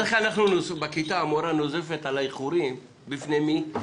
בדרך בכיתה המורה נוזפת על האיחורים בפני מי?